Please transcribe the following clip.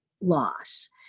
loss